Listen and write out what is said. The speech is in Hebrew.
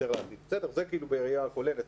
זה בראיה כוללת.